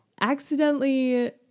accidentally